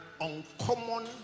uncommon